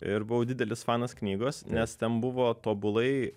ir buvau didelis fanas knygos nes ten buvo tobulai